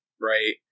Right